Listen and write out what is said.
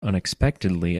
unexpectedly